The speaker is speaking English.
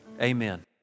Amen